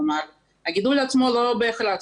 כלומר הגידול עצמו לא בהכרח.